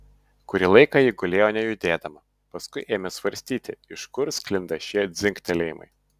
kurį laiką ji gulėjo nejudėdama paskui ėmė svarstyti iš kur sklinda šie dzingtelėjimai